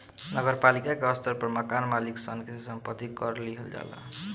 नगर पालिका के स्तर पर मकान मालिक सन से संपत्ति कर लिहल जाला